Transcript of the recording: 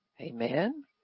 Amen